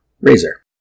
Razor